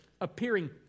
appearing